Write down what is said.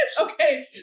okay